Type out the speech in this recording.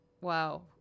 wow